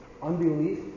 Unbelief